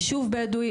יישוב בדואי,